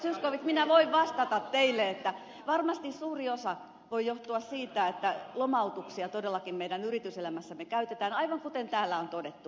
zyskowicz minä voin vastata teille että varmasti suuri osa voi johtua siitä että lomautuksia todellakin meidän yrityselämässämme käytetään aivan kuten täällä on todettu